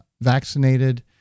vaccinated